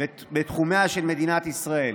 בתחומיה של מדינת ישראל.